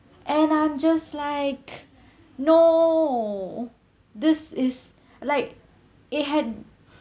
and I'm just like no this is like it had